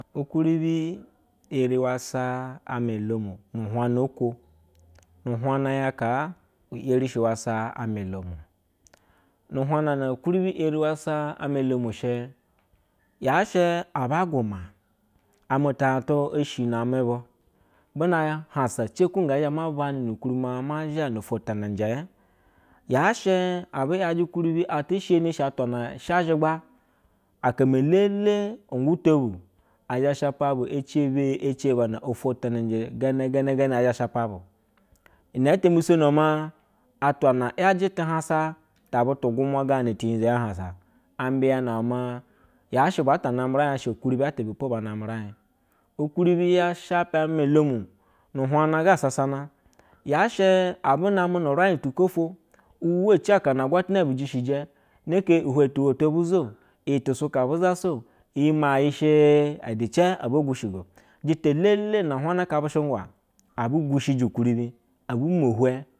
Ukwuribi eri wa sa ame olom nuuhwa jna uko. Nuuhwajna nya kaa, u eri shi wasa amɛolom o. Nuuhwajna ukwa uribi eri wa sa ameolom she, yaa she aba gwuma, amɛ tuhajtu o shino amɛ bu. Bu na hansa ce ku-j gee zhe ma banɛ nu-ukwuribi maa ma zha na-ofwo tenejɛɛ? Yaa she abɛ yajɛ ukwuribi eti sheyini eshe atwa na she azhegba, aka me-elele ungwu to bu e zhe shapa bue ce beye e ce bana ofwo tenenjɛ gɛnɛgɛnɛ ɛɛ the shapa bu ine ete mbisonomaa atwa na iyaje tuhansa ta butu gwumwa gona tu-unyizo ya hansa a mbɛyana maa. Yaa sge baa ta namɛ uraij asha ukwuribi ata ibe po baa ta name uraij. Ukwuribi ya shepe amɛ-olom nu uhwajna ga sasana. Yaa she abu name nu uraij tukwaofwo vuwa ci aka na agwatana be jishejɛ. Neke ihwe tuwoto bu za o iyi tusuka bu zasa a iyi maa ye shɛ edicɛ obo gwushigo. Jita elele na uhwajna kapeshe ngwe abe gwushiji ukwuribi, obu mo ihure